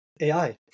AI